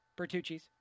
Bertucci's